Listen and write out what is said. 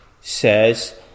says